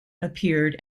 appeared